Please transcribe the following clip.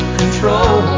control